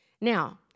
Now